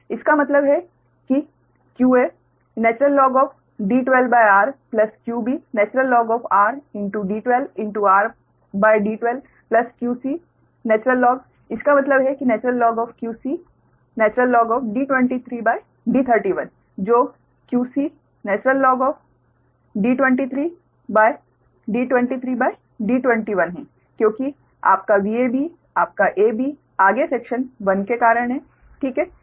इसका मतलब है कि qaD12r qbrD12rD12 qcIn इसका मतलब है कि qcD23D31 जो qcD23 by D23D21 है क्योंकि आपका Vab आपका a b आगे सेक्शन 1 के कारण है ठीक है